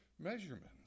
measurements